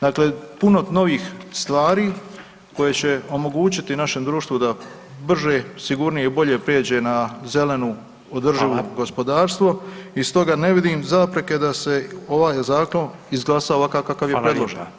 Dakle, puno novih stvari koje će omogućiti našem društvu da brže, sigurnije i bolje prijeđe na zelenu održivo gospodarstvo [[Upadica Radin: Hvala.]] i stoga ne vidim zapreke da se ovaj zakon izglasa ovakav kakav je predložen.